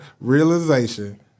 realization